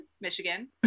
Michigan